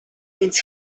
więc